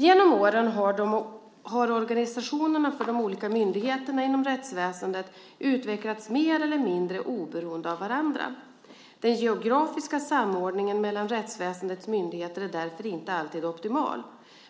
Genom åren har organisationerna för de olika myndigheterna inom rättsväsendet utvecklats mer eller mindre oberoende av varandra. Den geografiska samordningen mellan rättsväsendets myndigheter är därför inte alltid optimal.